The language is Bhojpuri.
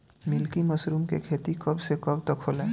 मिल्की मशरुम के खेती कब से कब तक होला?